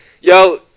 yo